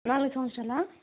నాలుగు సంవత్సరాలా